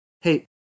Hey